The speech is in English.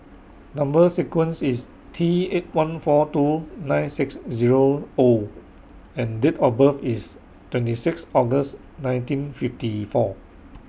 Number sequence IS T eight one four two nine six Zero O and Date of birth IS twenty six August nineteen fifty four